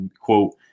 quote